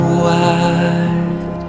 wide